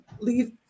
leave